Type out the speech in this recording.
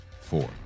Four